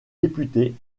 députés